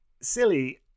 silly